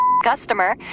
customer